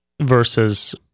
versus